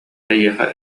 эйиэхэ